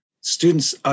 students